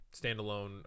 standalone